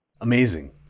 Amazing